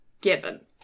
given